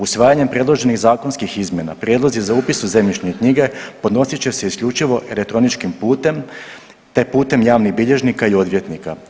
Usvajanjem predloženih zakonskih izmjena prijedlozi za upis u zemljišne knjige podnosit će se isključivo elektroničkim putem, te putem javnih bilježnika i odvjetnika.